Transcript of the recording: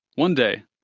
one day,